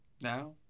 now